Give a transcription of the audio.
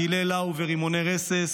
טילי לאו ורימוני רסס,